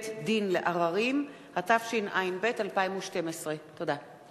(בית-דין לעררים), התשע"ב 2012. תודה.